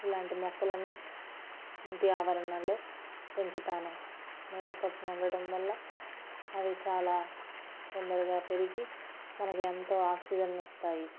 ఇలాంటి మొక్కలను ఇంటి ఆవరణలో పెంచుతాను నీడపట్టున ఉండటం వల్ల అవి చాలా తొందరగా పెరిగి మనకి ఎంతో ఆక్సిజన్ని ఇస్తాయి